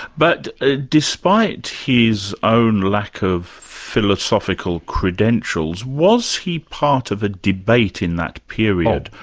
but ah despite his own lack of philosophical credentials, was he part of a debate in that period?